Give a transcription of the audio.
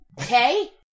okay